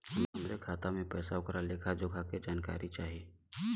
हमार खाता में पैसा ओकर लेखा जोखा के जानकारी चाही?